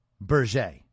Berger